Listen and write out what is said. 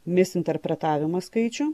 misinterpretavimas skaičių